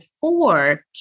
four